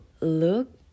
look